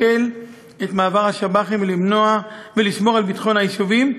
את מעבר השב"חים ולשמור על ביטחון היישובים,